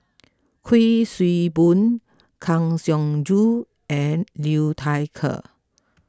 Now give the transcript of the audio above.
Kuik Swee Boon Kang Siong Joo and Liu Thai Ker